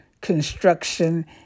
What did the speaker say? construction